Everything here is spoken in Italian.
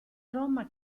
roma